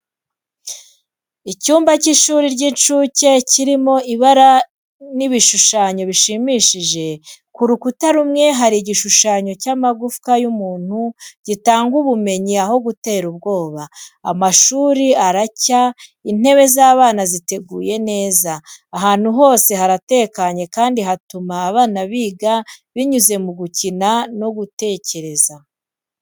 Icyumba cy’ishuri ry’incuke kirimo ibara n’ibishushanyo bishimishije. Ku rukuta rumwe, hari igishushanyo cy’amagufwa y'umuntu gitanga ubumenyi aho gutera ubwoba. Amashuri aracya, intebe z’abana ziteguye neza. Ahantu hose haratekanye kandi hatuma abana biga binyuze mu gukina no gutekereza.